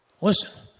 Listen